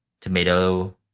tomato